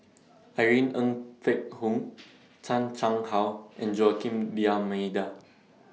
Irene Ng Phek Hoong Chan Chang How and Joaquim D'almeida